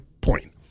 point